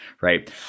right